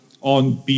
on